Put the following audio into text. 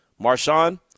Marshawn